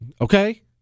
Okay